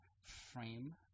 frame